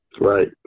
Right